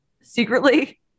secretly